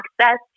access